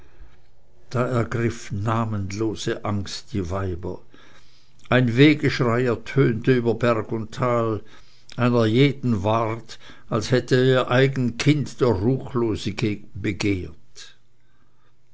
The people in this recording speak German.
da ergriff namenlose angst die weiber ein wehgeschrei ertönte über berg und tal einer jeden ward als hätte ihr eigen kind der ruchlose begehrt